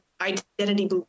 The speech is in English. identity